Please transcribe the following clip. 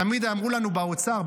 תמיד אמרו לנו באוצר,